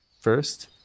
first